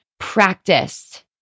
practice